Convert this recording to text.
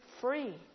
free